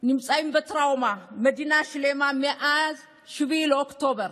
נמצאים בטראומה, מדינה שלמה, מאז 7 באוקטובר.